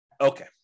Okay